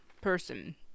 person